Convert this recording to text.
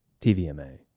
TVMA